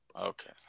Okay